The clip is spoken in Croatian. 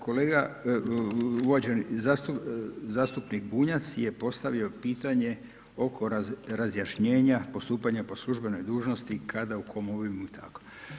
Kolega uvaženi zastupnik Bunjac je postavio pitanje oko razjašnjenja postupanja po službenoj dužnosti kada u kom obimu i kako?